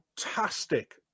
fantastic